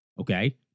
Okay